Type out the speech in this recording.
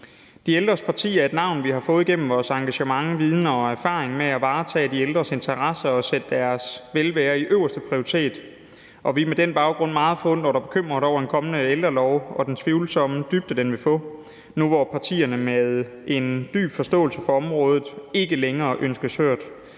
De ældres parti er et navn, vi har fået gennem vores engagement, viden om og erfaring med at varetage de ældres interesser og sætte deres velvære øverst, og vi er med den baggrund meget forundret og bekymret over en kommende ældrelov og den tvivlsomme dybde, den vil få, nu partierne med en dyb forståelse for området ikke længere ønskes hørt.